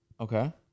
Okay